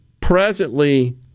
presently